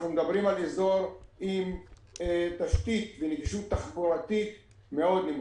אזור עם תשתית ונגישות תחבורתית מאוד נמוכה.